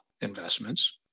investments